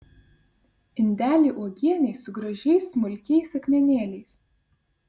indelį uogienei su gražiais smulkiais akmenėliais